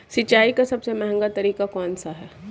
सिंचाई का सबसे महंगा तरीका कौन सा है?